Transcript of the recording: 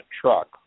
truck